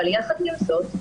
אבל יחד עם זאת,